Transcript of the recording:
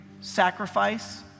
sacrifice